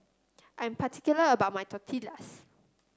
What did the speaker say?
i am particular about my Tortillas